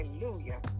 hallelujah